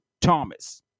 thomas